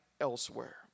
elsewhere